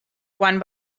quan